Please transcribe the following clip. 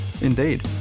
Indeed